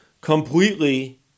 completely